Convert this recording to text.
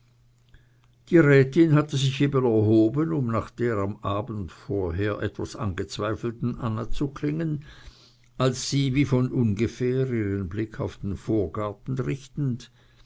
die rätin hatte sich eben erhoben um nach der am abend vorher etwas angezweifelten anna zu klingeln als sie wie von ungefähr ihren blick auf den vorgarten richtend